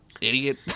Idiot